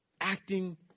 acting